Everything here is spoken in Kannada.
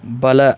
ಬಲ